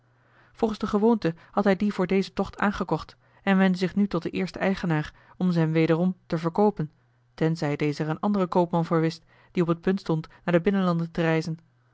volgens de gewoonte had hij die voor dezen tocht aangekocht en wendde zich nu tot den eersten eigenaar om ze hem wederom te verkoopen tenzij deze er een anderen koopman voor wist die op het punt stond naar de binnenlanden